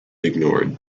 ignored